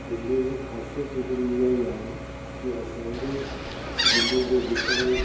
दिल्लीअ जी ख़ासियत हिकड़ी ईअं ई आहे कि असांजे दिल्ली जे विच में